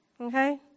Okay